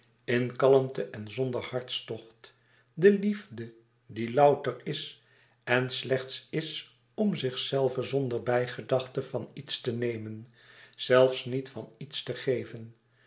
in kalmte en zonder hartstocht de liefde die loùter is en slechts is om zichzelve zonder bijgedachte van iets te nemen zelfs niet van iets te geven